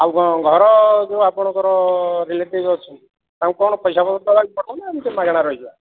ଆଉ କ'ଣ ଘର ଯେଉଁ ଆପଣଙ୍କର ରିଲେଟିଭ ଅଛନ୍ତି ତାଙ୍କୁ କ'ଣ ପଇସା ପତ୍ର ଦେବାକୁ ପଡ଼ିବ ନା ଏମିତି ମାଗଣା ରହିଯିବା